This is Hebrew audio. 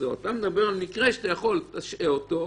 אתה מדבר על מקרה שאתה יכול להשעות אותו